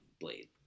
Blade